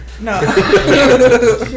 no